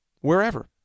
wherever